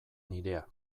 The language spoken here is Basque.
nirea